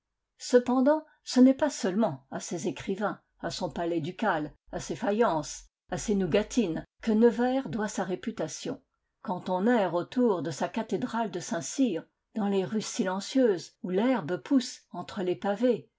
cependant ce n'est pas seulement à ses écrivains à son palais ducal à ses faïences à ses nougatines que nevers doit sa réputation quand on erre autour de sa cathédrale de saintcyr dans les rues silencieuses où l'herbe pousse entre les pavés